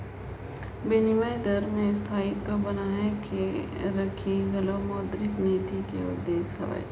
बिनिमय दर में स्थायित्व बनाए के रखई घलो मौद्रिक नीति कर उद्देस हवे